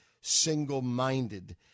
single-minded